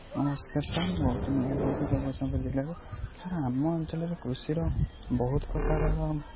ନମସ୍କାର ସାର୍ ମୁଁ ଗୌତମ ଲେଙ୍କା କହୁଥିଲି ଜଗତସିଂହପୁର ଜିଲ୍ଲାରୁ ସାର୍ ଆମ ଅଞ୍ଚଳରେ କୃଷିର ବହୁତ ପ୍ରକାରର